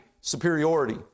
superiority